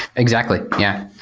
exactly. yeah.